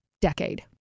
decade